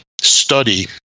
study